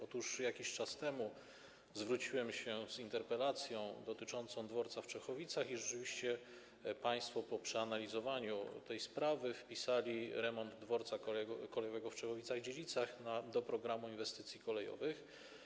Otóż jakiś czas temu zwróciłem się z interpelacją dotyczącą dworca w Czechowicach i rzeczywiście państwo po przeanalizowaniu tej sprawy wpisali remont dworca kolejowego w Czechowicach-Dziedzicach do programu inwestycji kolejowych.